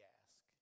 ask